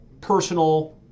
personal